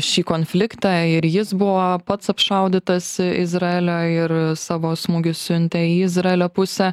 šį konfliktą ir jis buvo pats apšaudytas izraelio ir savo smūgius siuntė į izraelio pusę